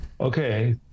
okay